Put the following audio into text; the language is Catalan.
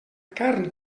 carn